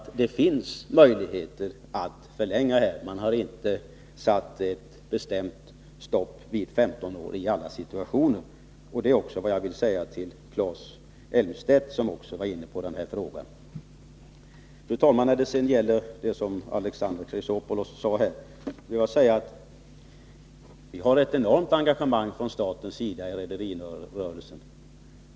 Det finns möjligheter att förlänga tiden. Man har inte satt ett bestämt stopp vid 15 år i alla situationer. Detta vill jag även säga till Claes Elmstedt som också varit inne på den här frågan. Fru talman, med anledning av det som Alexander Chrisopoulos yttrade vill jag säga att vi har ett enormt engagemang från statens sida när det gäller rederirörelsen.